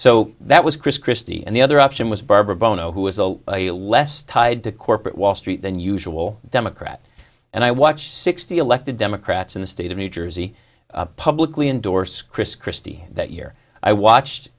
so that was chris christie and the other option was barbara bono who was a less tied to corporate wall street than usual democrat and i watch sixty elected democrats in the state of new jersey publicly endorse chris christie that year i watched